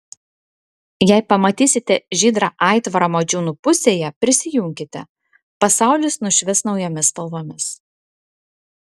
jei pamatysite žydrą aitvarą modžiūnų pusėje prisijunkite pasaulis nušvis naujomis spalvomis